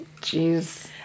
Jeez